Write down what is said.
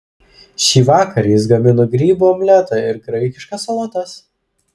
šįvakar jis gamino grybų omletą ir graikiškas salotas